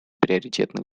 приоритетных